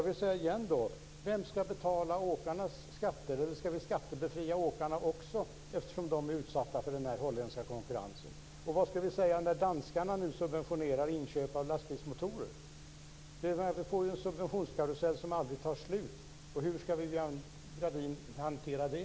Och vad ska vi säga när danskarna nu subventionerar inköp av lastbilsmotorer? Vi får ju en subventionskarusell som aldrig tar slut. Hur ska Viviann Gerdin hantera det?